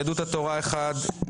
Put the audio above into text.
יהדות התורה אחד,